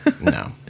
No